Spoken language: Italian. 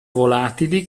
volatili